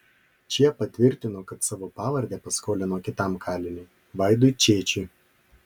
čiepa tvirtino kad savo pavardę paskolino kitam kaliniui vaidui čėčiui